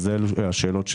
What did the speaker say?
אלה השאלות,